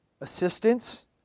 assistance